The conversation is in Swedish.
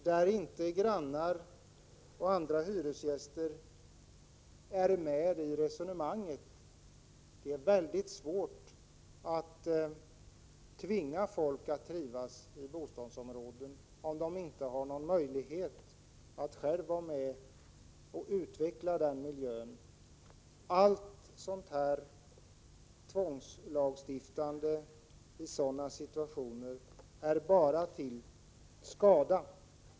Det är svårt att tvinga folk att trivas i bostadsområden där grannar och andra hyresgäster inte är med i resonemanget och inte har möjlighet att själva vara med och utveckla sin miljö. All tvångslagstiftning i sådana situationer är till skada.